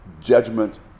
judgment